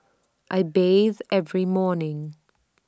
I bathe every morning